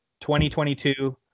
2022